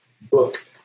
book